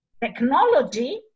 technology